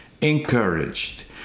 encouraged